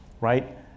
right